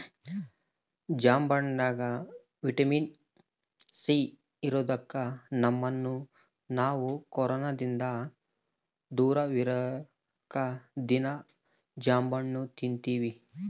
ಜಾಂಬಣ್ಣಗ vitamin C ಇರದೊಕ್ಕ ನಮ್ಮನ್ನು ನಾವು ಕೊರೊನದಿಂದ ದೂರವಿರಕ ದೀನಾ ಜಾಂಬಣ್ಣು ತಿನ್ತಿವಿ